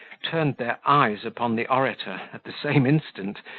turned their eyes upon the orator, at the same instant,